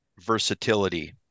versatility